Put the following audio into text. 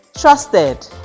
trusted